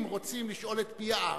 אם רוצים לשאול את פי העם,